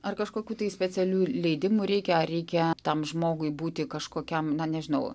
ar kažkokių specialių leidimų reikia ar reikia tam žmogui būti kažkokiam na nežinau